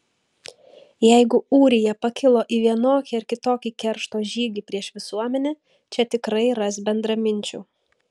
jeigu ūrija pakilo į vienokį ar kitokį keršto žygį prieš visuomenę čia tikrai ras bendraminčių